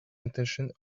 intention